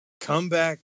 comeback